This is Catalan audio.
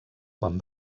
quan